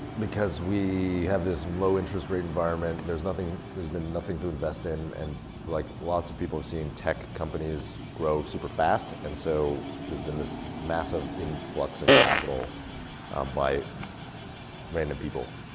because we have this low interest rate environment, there's nothing, there's been nothing to invest in, and like, lots of people have seen tech companies grow super fast and so, there's been this massive influx of capital by random people,